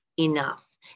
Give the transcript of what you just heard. enough